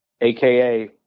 AKA